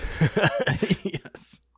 Yes